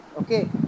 Okay